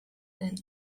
then